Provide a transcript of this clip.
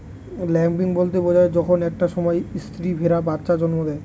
lambing বলতে বোঝায় যখন একটা সময় স্ত্রী ভেড়া বাচ্চা জন্ম দেয়